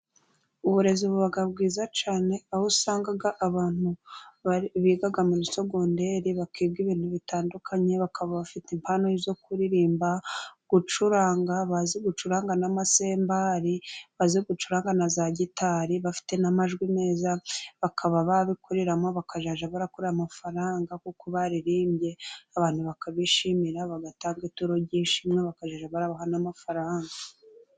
Uburezi buba bwiza cyane, aho usanga abantu biga muri sogonderi. Bakiga ibintu bitandukanye, bakaba bafite impano zo kuririmba, gucuranga. Bazi gucuranga n'amasembari, bazi gucuranga na za gitari, bafite n'amajwi meza. Bakaba babikoreramo bakazajya barakora amafaranga, kuko baririmbye abantu bakabishimira bagatanga ituro ry'ishimwe. bakazajya i barabaha n'amafaranga.